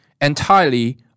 entirely